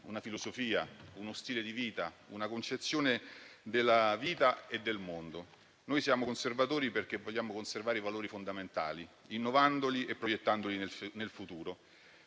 una filosofia, uno stile di vita, una concezione della vita e del mondo. Noi siamo conservatori perché vogliamo conservare i valori fondamentali, innovandoli e proiettandoli nel futuro.